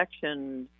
section